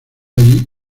allí